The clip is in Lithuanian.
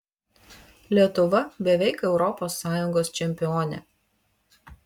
lietuva beveik europos sąjungos čempionė